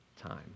time